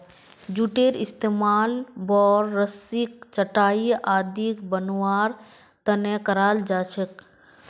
जूटेर इस्तमाल बोर, रस्सी, चटाई आदि बनव्वार त न कराल जा छेक